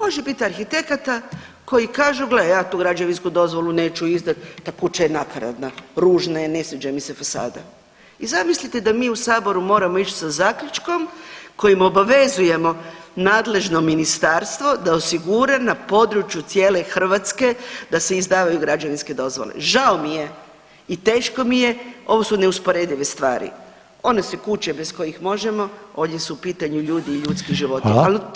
može bit arhitekata koji kažu gle ja tu građevinsku dozvolu neću izdat, ta kuća je nakaradna, ružna je, ne sviđa mi se fasada i zamislite da mi u saboru moramo ić sa zaključkom kojim obavezujemo nadležno ministarstvo da osigura na području cijele Hrvatske da se izdavaju građevinske dozvole, žao mi je i teško mi je, ovo su neusporedive stvari, ono su kuće bez kojih možemo, ovdje su u pitanju ljudi i ljudski životi, al o tome govorimo kolegice i kolege.